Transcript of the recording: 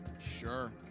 Sure